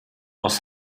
aus